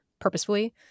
purposefully